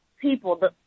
people